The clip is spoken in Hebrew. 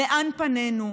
לאן פנינו,